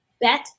Bet